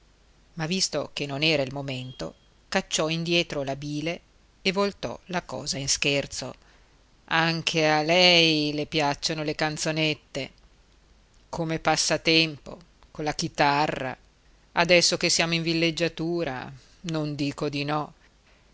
ma visto che non era il momento cacciò indietro la bile e voltò la cosa in scherzo anche a lei le piacciono le canzonette come passatempo colla chitarra adesso che siamo in villeggiatura non dico di no